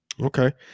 Okay